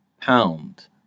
pound